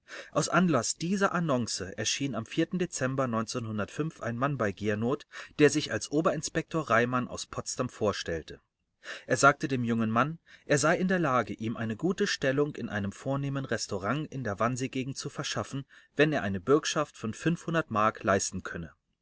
aus anlaß dieser annonce erschien am dezember ein mann bei giernoth der sich als oberinspektor reimann aus potsdam vorstellte stellte er sagte dem jungen mann er sei in der lage ihm eine gute stellung in einem vornehmen restaurant in der wannseegegend zu verschaffen wenn er eine bürgschaft von mark leisten könne